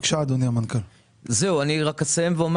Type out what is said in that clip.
אני אסיים,